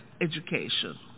education